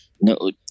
no